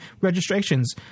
registrations